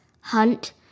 hunt